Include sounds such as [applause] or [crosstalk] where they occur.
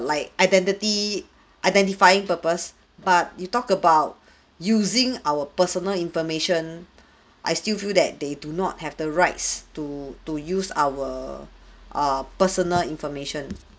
like identity identifying purpose but you talk about [breath] using our personal information [breath] I still feel that they do not have the rights to to use our uh personal information